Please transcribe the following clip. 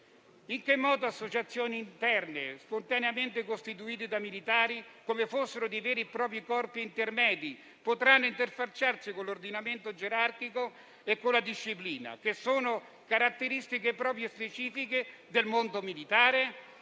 In che modo associazioni interne, spontaneamente costituite da militari, come fossero veri e propri corpi intermedi, potranno interfacciarsi con l'ordinamento gerarchico e con la disciplina, che sono caratteristiche proprie e specifiche del mondo militare?